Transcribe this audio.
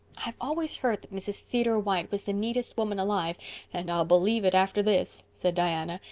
i've always heard that mrs. theodore white was the neatest woman alive and i'll believe it after this, said diana,